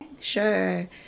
Sure